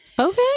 Okay